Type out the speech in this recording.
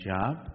job